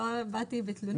לא באתי בתלונות.